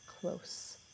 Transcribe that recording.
close